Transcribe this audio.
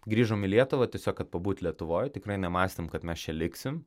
grįžom į lietuvą tiesiog kad pabūt lietuvoj tikrai nemąstėm kad mes čia liksim